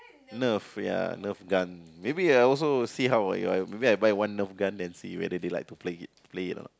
Nerf ya Nerf gun maybe I also see how ah ya maybe I buy one Nerf gun and see whether they like to play it play it not